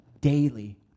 daily